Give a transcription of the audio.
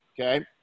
Okay